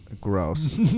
Gross